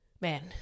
Man